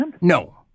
No